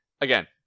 again